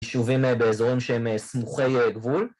‫ישובים באזורים שהם סמוכי גבול.